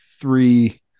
three